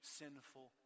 sinful